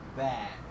bad